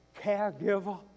caregiver